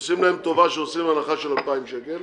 עושים להם טובה שעושים הנחה של 2,000 שקל.